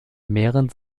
mehren